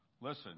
Listen